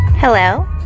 hello